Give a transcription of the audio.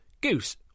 Goose